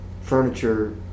furniture